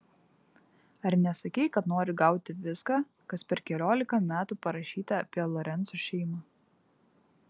ar nesakei kad nori gauti viską kas per keliolika metų parašyta apie lorencų šeimą